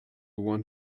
want